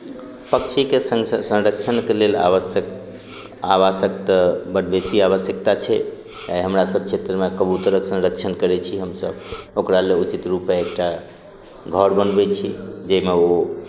पक्षीके संरक्षणके लेल आवश्यक आवासक तऽ बड बेसी आवश्यकता छै आ हमरा सभ क्षेत्रमे कबूतरक संरक्षण करै छी हमसभ ओकरा लेल उचित रूपमे एकटा घर बनबै छी जाहिमे ओ